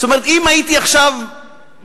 זאת אומרת, אם הייתי עכשיו מסתובב